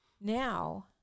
now